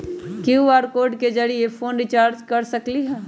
QR code के जरिय phone recharge कर सकली ह?